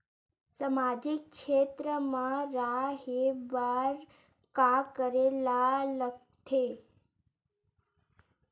सामाजिक क्षेत्र मा रा हे बार का करे ला लग थे